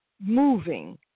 moving